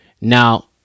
Now